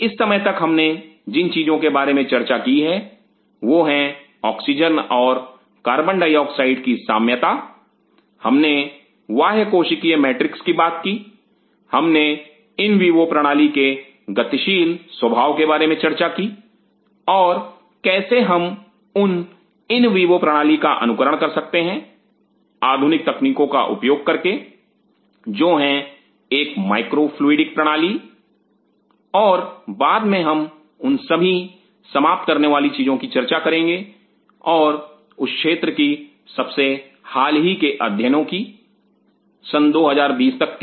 इस समय तक हमने जिन चीजों के बारे में चर्चा की वह है ऑक्सीजन और कार्बन डाइऑक्साइड की साम्यता हमने बाह्य कोशिकीय मैट्रिक्स की बात की हमने इन वीवो प्रणाली के गतिशील स्वभाव के बारे में चर्चा की और कैसे हम उन इन वीवो प्रणाली का अनुकरण कर सकते हैं आधुनिक तकनीकों का उपयोग करके जो हैं एक माइक्रो फ्लूडिक प्रणाली और बाद में हम उन सभी समाप्त करने वाली चीजों की चर्चा करेंगे और उस क्षेत्र की सबसे हाल ही के अध्ययनों की 2017 तक के